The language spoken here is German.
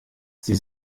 sie